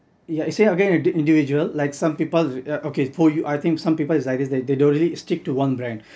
yeah it's same again to the individual like some people okay for you I think some people like this they don't really stick to one brand